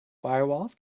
firewalls